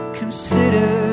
consider